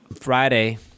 friday